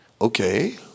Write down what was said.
okay